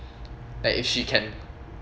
like if she can